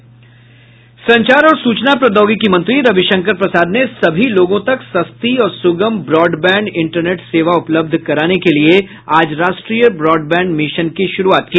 संचार और सूचना प्रौद्योगिकी मंत्री रविशंकर प्रसाद ने सभी लोगों तक सस्ती और सुगम ब्रॉडबैंड इंटरनेट सेवा उपलब्ध कराने के लिए आज राष्ट्रीय ब्रॉडबैंड मिशन की शुरूआत की